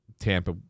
Tampa